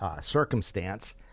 circumstance